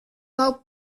hau